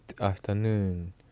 afternoon